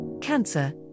Cancer